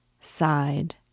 sighed